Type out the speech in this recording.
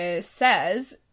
says